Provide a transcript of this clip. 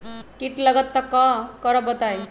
कीट लगत त क करब बताई?